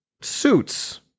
Suits